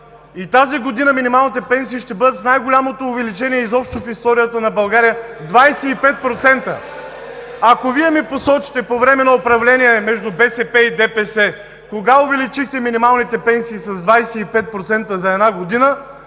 и тази година минималните пенсии ще бъдат с най-голямото увеличение изобщо в историята на България – 25%. Ако Вие ми посочите по време на управление между БСП и ДПС кога увеличихте минималните пенсии с 25% за една година,